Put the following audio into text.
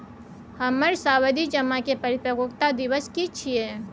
हमर सावधि जमा के परिपक्वता दिवस की छियै?